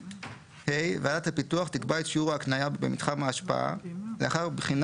(ה) ועדת הפיתוח תקבע את שיעור ההקניה במתחם ההשפעה לאחר בחינה